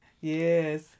Yes